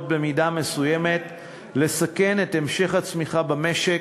לסכן במידה מסוימת את המשך הצמיחה במשק,